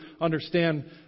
understand